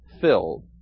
filled